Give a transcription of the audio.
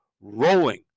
rolling